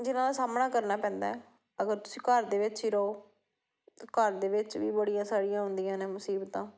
ਜਿਹਨਾਂ ਦਾ ਸਾਹਮਣਾ ਕਰਨਾ ਪੈਂਦਾ ਹੈ ਅਗਰ ਤੁਸੀਂ ਘਰ ਦੇ ਵਿੱਚ ਹੀ ਰਹੋ ਅਤੇ ਘਰ ਦੇ ਵਿੱਚ ਵੀ ਬੜੀਆਂ ਸਾਰੀਆਂ ਹੁੰਦੀਆਂ ਨੇ ਮੁਸੀਬਤਾਂ